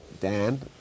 Dan